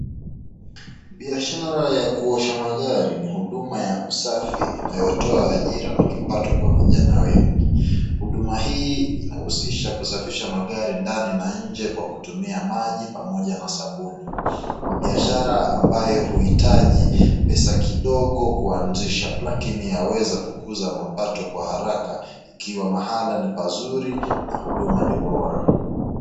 Biashara ya kuosha magari ni huduma ya usafi inayotoa ajira na kipato kwa vijana wengi. Huduma hii inahusisha kusafisha magari ndani na nje kwa kutumia maji pamoja na sabuni. Ni biashara ambayo huhitaji pesa kidogo kuanzisha lakini yaweza kukuza mapato kwa haraka ikiwa mahala ni pazuri na huduma ni bora.